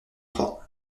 trois